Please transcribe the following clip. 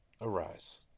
arise